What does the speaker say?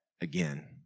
again